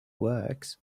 works